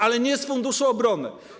Ale nie z funduszu obrony.